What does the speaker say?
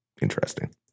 Interesting